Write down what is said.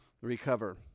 recover